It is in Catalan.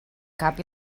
cap